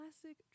classic